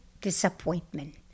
disappointment